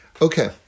Okay